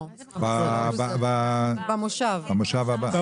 במושב הבא.